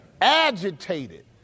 agitated